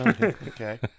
Okay